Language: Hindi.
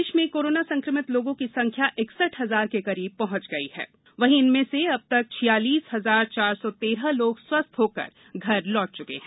कोरोना प्रदेश प्रदेश में कोरोना संक्रमित लोगों की संख्या इकसठ हजार के करीब पहुंच गई है वहीं इनमें से अब तक छियालीस हजार चार सौ तेरह लोग स्वस्थ होकर घर लौट चुके हैं